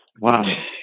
Wow